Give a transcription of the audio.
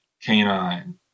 canine